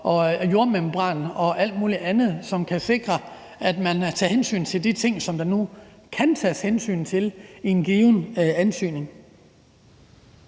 og jordmembraner og alt muligt andet, hvilket kan sikre, at man tager hensyn til de ting, som der nu kan tages hensyn til, i forbindelse